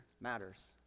matters